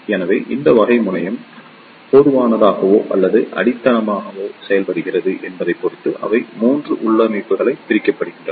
எனவே எந்த வகை முனையம் பொதுவானதாகவோ அல்லது அடித்தளமாகவோ செய்யப்படுகிறது என்பதைப் பொறுத்து அவை 3 உள்ளமைவுகளாகப் பிரிக்கப்படுகின்றன